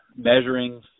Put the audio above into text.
measuring